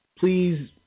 Please